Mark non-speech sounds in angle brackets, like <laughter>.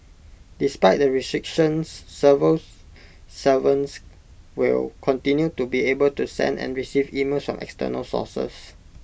despite the restrictions civil <noise> servants will continue to be able to send and receive emails from external sources